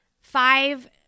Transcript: five